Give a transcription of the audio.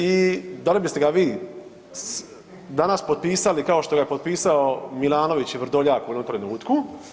I da li biste ga vi danas potpisali kao što ga je potpisao Milanović i Vrdoljak u onom trenutku?